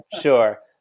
sure